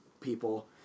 people